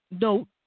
note